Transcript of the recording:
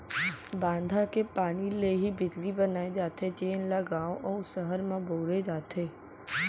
बांधा के पानी ले ही बिजली बनाए जाथे जेन ल गाँव अउ सहर म बउरे जाथे